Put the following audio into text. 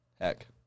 Heck